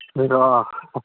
त्यही त अँ